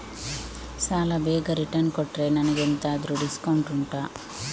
ಸಾಲ ಬೇಗ ರಿಟರ್ನ್ ಕೊಟ್ರೆ ನನಗೆ ಎಂತಾದ್ರೂ ಡಿಸ್ಕೌಂಟ್ ಉಂಟಾ